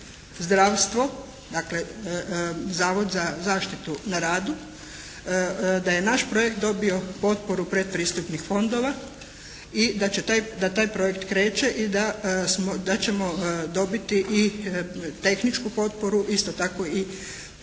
zdravstvo, dakle Zavod za zaštitu na radu, da je naš projekt dobio potporu predpristupnih fondova i da taj projekt kreće i da ćemo dobiti i tehničku potporu, isto tako i potporu